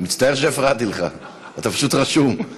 מצטער שהפרעתי לך, אתה פשוט רשום.